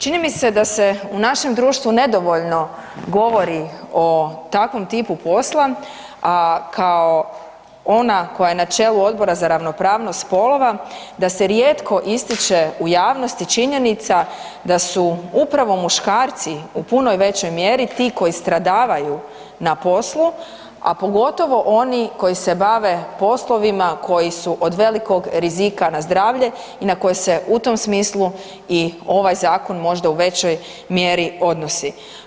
Čini mi se da se u našem društvu nedovoljno govori o takvom tipu posla, a kao ona koja je na čelu Odbor za ravnopravnost spolova da se rijetko ističe u javnosti činjenica da su upravo muškarci u puno većoj mjeri ti koji stradavaju na poslu, a pogotovo oni koji se bave poslovima koji su od velikog rizika na zdravlje i na koje se u tom smislu i ovaj zakon možda u većoj mjeri odnosi.